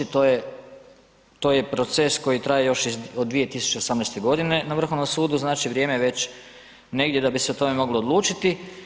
To je proces koji traje još od 2018. godine na Vrhovnom sudu, znači vrijeme je već negdje da bi se o tome moglo odlučiti.